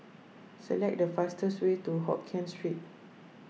select the fastest way to Hokkien Street